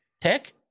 tech